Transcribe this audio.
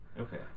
okay